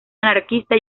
anarquista